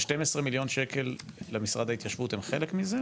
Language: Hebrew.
12 מיליון השקלים למשרד ההתיישבות הם חלק מזה,